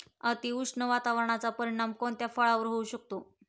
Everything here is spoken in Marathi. अतिउष्ण वातावरणाचा परिणाम कोणत्या फळावर होऊ शकतो?